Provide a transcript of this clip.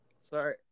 sorry